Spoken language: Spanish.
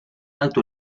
alto